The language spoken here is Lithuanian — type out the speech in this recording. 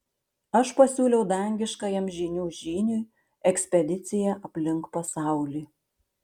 aš pasiūliau dangiškajam žynių žyniui ekspediciją aplink pasaulį